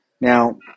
Now